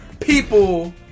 people